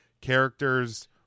characters